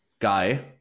guy